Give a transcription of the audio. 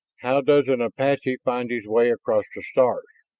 how does an apache find his way across the stars?